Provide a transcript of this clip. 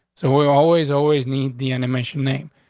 so we always always need the animation name.